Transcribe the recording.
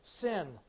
sin